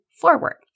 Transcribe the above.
forward